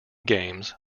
games